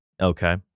Okay